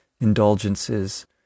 indulgences